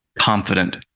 confident